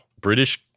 british